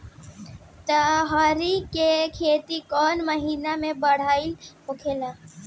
लहरी के खेती कौन महीना में बढ़िया होला?